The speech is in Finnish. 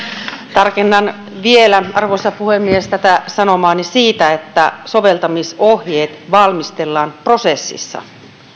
tarkennan vielä arvoisa puhemies tätä sanomaani siitä että soveltamisohjeet valmistellaan prosessissa se